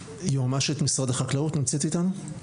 היועצת המשפטית של משרד החקלאות נמצאת איתנו?